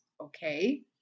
Okay